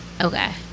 Okay